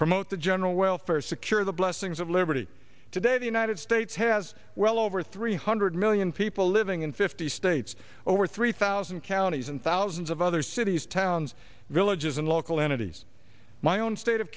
promote the general welfare secure the blessings of liberty today the united states has well over three hundred million people living in fifty states over three thousand counties and thousands of other cities towns villages and local entities my own state of